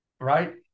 right